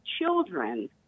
children